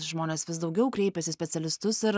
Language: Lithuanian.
žmonės vis daugiau kreipiasi į specialistus ir